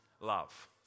love